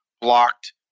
blocked